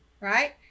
right